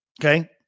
okay